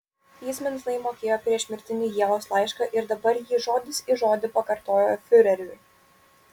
jis mintinai mokėjo priešmirtinį ievos laišką ir dabar jį žodis į žodį pakartojo fiureriui